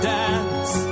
dance